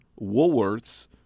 Woolworths